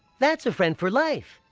that's a friend for life!